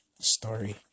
story